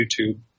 YouTube